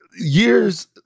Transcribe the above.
Years